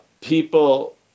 people